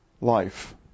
life